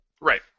Right